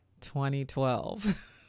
2012